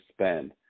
spend